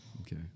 Okay